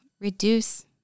reduce